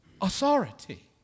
authority